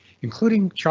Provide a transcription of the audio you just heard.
including